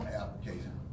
application